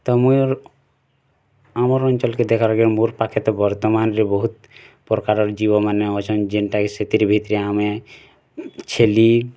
ତ ମୋର ଆମର ଅଞ୍ଚଲ୍ କେ ଦେଖାରବେ୍ ମୋର୍ ପାଖେ ତ ବର୍ତ୍ତମାନରେ ବହୁତ ପ୍ରକାରର ଜୀବ ମାନେ ଅଛନ୍ ଯେନ୍ଟାକି ସେଥିର୍ ଭିତ୍ରେ ଆମେ ଛେଲି୍